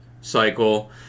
cycle